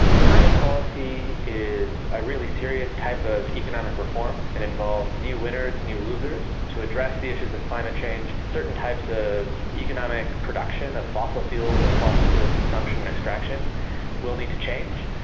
climate policy is a really serious type of economic reform. it involves new winners, new losers to address the issues of climate change. certain types of economic production, of fossil fuels and fossil fuel fuel consumption and extraction will need to change.